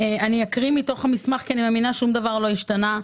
אקרא מתוך המסמך כי אני מאמינה ששום דבר לא השתנה.